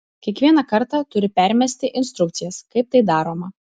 kiekvieną kartą turi permesti instrukcijas kaip tai daroma